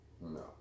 No